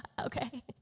okay